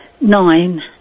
Nine